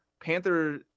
panther